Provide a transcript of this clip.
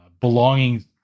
belonging